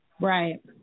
Right